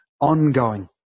ongoing